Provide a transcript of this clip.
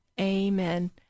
Amen